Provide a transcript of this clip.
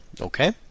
Okay